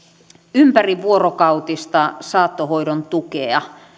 ympärivuorokautista saattohoidon tukea